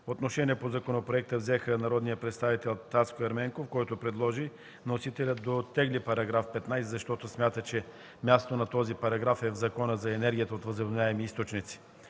Отношение по законопроекта взеха: народният представител Таско Ерменков, който предложи вносителят да оттегли § 15, защото смята, че мястото на този параграф е в Закона за енергията от възобновяемите източници.